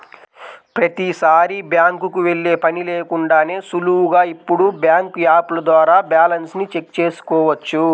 ప్రతీసారీ బ్యాంకుకి వెళ్ళే పని లేకుండానే సులువుగా ఇప్పుడు బ్యాంకు యాపుల ద్వారా బ్యాలెన్స్ ని చెక్ చేసుకోవచ్చు